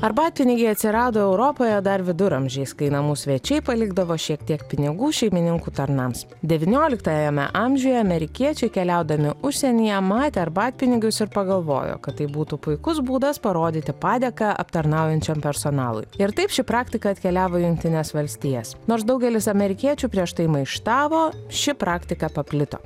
arbatpinigiai atsirado europoje dar viduramžiais kai namų svečiai palikdavo šiek tiek pinigų šeimininkų tarnams devynioliktajame amžiuje amerikiečiai keliaudami užsienyje matė arbatpinigius ir pagalvojo kad tai būtų puikus būdas parodyti padėką aptarnaujančiam personalui ir taip ši praktika atkeliavo į jungtines valstijas nors daugelis amerikiečių prieš tai maištavo ši praktika paplito